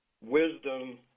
wisdom